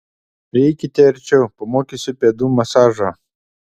prieikite arčiau pamokysiu pėdų masažo